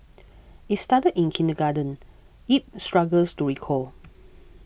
it started in kindergarten Yip struggles to recall